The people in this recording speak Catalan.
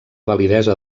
validesa